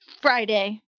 Friday